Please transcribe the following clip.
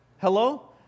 Hello